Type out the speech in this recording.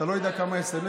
אתה לא יודע כמה סמ"סים.